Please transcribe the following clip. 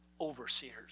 overseers